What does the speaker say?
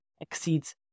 exceeds